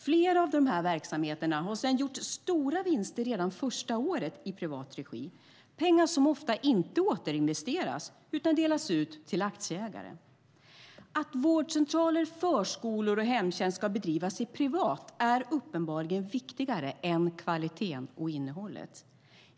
Flera av dessa verksamheter har sedan gjort stora vinster redan första året i privat regi - pengar som ofta inte återinvesteras utan delas ut till aktieägare. Att vårdcentraler, förskolor och hemtjänst ska bedrivas privat är uppenbarligen viktigare än kvaliteten och innehållet.